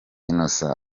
innocent